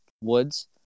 woods